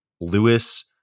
Lewis